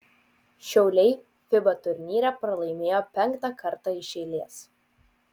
šiauliai fiba turnyre pralaimėjo penktą kartą iš eilės